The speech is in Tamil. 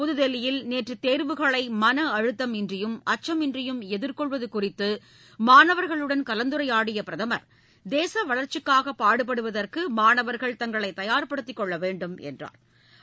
புதுதில்லியில் நேற்று தேர்வுகளை மன அழுத்தம் இன்றியும் அச்சமின்றியும் எதிர்கொள்வது குறித்து மாணவர்களுடன் கலந்துரையாடிய பிரதமர் தேச வளர்ச்சிக்காக பாடுபடுவதற்கு மாணவர்கள் தங்களை தயாா்படுத்திக் கொள்ள வேண்டும் என்றாா்